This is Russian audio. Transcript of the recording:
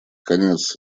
конец